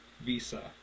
Visa